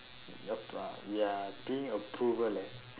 nope ah we are being approval leh